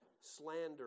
slander